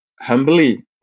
Humbly